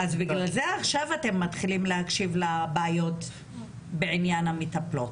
אז בגלל זה עכשיו אתם מתחילים להקשיב לבעיות בעניין המטפלות,